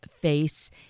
face